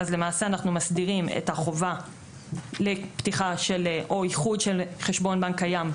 אנחנו מסדירים את החובה לפתיחה או איחוד של חשבון בנק קיים,